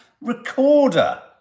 Recorder